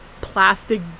plastic